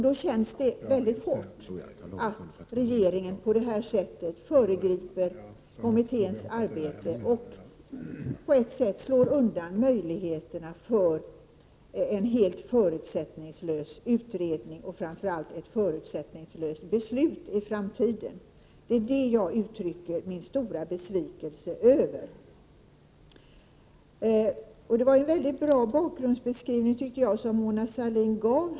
Då känns det mycket hårt att regeringen på detta sätt föregriper kommitténs arbete och delvis slår undan möjligheterna för en helt förutsättningslös utredning och framför allt för ett förutsättningslöst beslut i framtiden. Det är det jag uttrycker min stora besvikelse över. Det var en mycket bra bakgrundsbeskrivning Mona Sahlin gav.